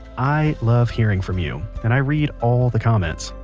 i love hearing from you, and i read all the comments.